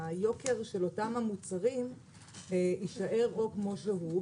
היוקר של אותם מוצרים יישאר או כמו שהוא,